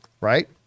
right